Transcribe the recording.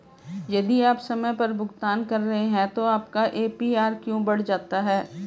यदि आप समय पर भुगतान कर रहे हैं तो आपका ए.पी.आर क्यों बढ़ जाता है?